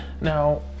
Now